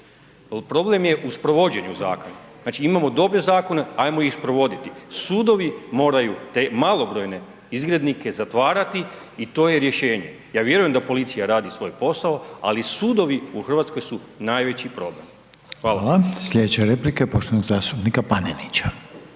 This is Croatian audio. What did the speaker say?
problem je u provođenju zakona. Znači, imamo dobre zakone, hajmo iz provoditi. Sudovi moraju te malobrojne izgrednike zatvarati i to je rješenje. Ja vjerujem da policija radi svoj posao ali sudovi u Hrvatskoj su najveći problem. Hvala. **Reiner, Željko (HDZ)** Hvala. Slijedeća